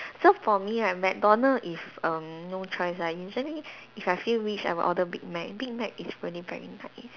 so for me right McDonald if err no choice lah usually if I feel rich I would order Big Mac Big Mac is really very nice